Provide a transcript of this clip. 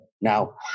now